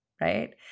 right